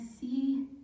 see